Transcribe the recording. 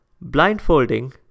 Blindfolding